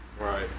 Right